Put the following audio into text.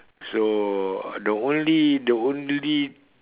so the only the only